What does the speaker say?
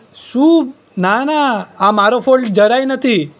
શું ના ના આ મારો ફોલ્ટ જરાય નથી